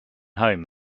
home